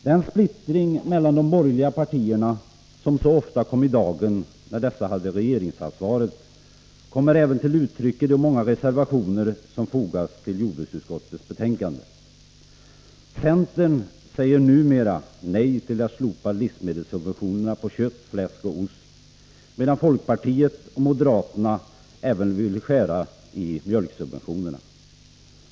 Den splittring mellan de borgerliga partierna som så ofta kom i dagen när dessa hade regeringsansvaret kommer även till uttryck i de många reservationer som fogats till jordbruksutskottets betänkande. Centern säger numera nej till att slopa livsmedelssubventionerna på kött, fläsk och ost, medan folkpartiet och moderaterna även vill skära i mjölksubventionerna.